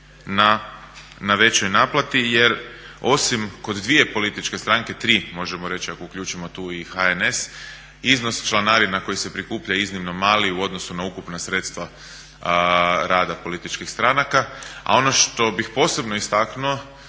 na većoj naplati jer osim kod dvije političke stranke, tri možemo reći ako uključimo tu i HNS iznos članarina koji se prikuplja iznimno mali u odnosu na ukupna sredstva rada političkih stranaka, a ono što bih posebno istaknuo